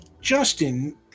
Justin